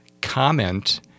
comment-